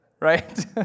right